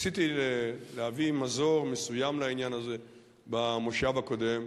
ניסיתי להביא מזור מסוים לעניין הזה במושב הקודם,